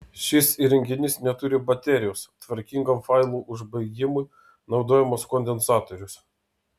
šis įrenginys neturi baterijos tvarkingam failų užbaigimui naudojamas kondensatorius